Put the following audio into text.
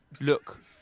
Look